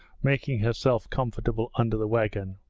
making herself comfortable under the wagon.